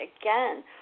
again